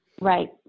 Right